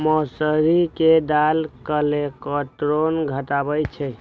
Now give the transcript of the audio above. मौसरी के दालि कोलेस्ट्रॉल घटाबै छै